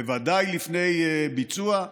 בוודאי לפני ביצוע.